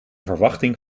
verwachting